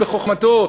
בחוכמתו,